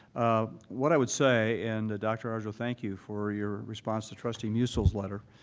what i would say, and dr. arjo, thank you for your response to trustee musil's letter.